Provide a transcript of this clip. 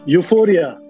Euphoria